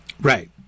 Right